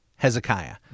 Hezekiah